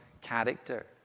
character